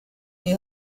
you